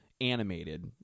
animated